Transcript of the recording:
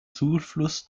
zufluss